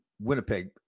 Winnipeg